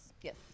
Yes